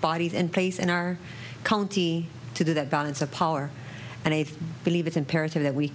bodies and place in our county to do that balance of power and i believe it's imperative that we